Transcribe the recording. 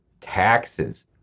taxes